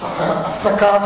הפסקה.